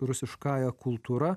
rusiškąja kultūra